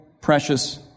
precious